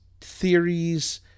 theories